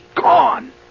gone